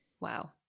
wow